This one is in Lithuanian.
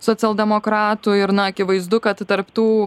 socialdemokratų ir na akivaizdu kad tarp tų